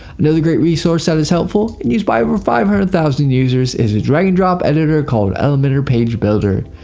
another great resource that is helpful and used by over five hundred thousand users is the drag and drop editor called elementor page builder.